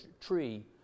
tree